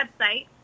website